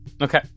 Okay